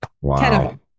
Wow